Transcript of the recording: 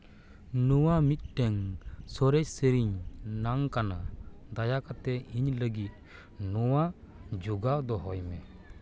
ᱱᱚᱣᱟ ᱢᱤᱫᱴᱟᱝ ᱥᱚᱨᱮᱥ ᱥᱮᱨᱮᱧ ᱵᱟᱝ ᱠᱟᱱᱟ ᱫᱟᱭᱟ ᱠᱟᱛᱮ ᱤᱧ ᱞᱟᱹᱜᱤᱫ ᱱᱚᱣᱟ ᱡᱚᱜᱟᱣ ᱫᱚᱦᱚᱭ ᱢᱮ